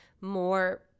more